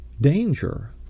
danger